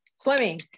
swimming